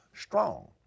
strong